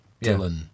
Dylan